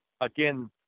again